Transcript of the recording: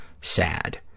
Sad